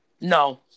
No